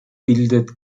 bildet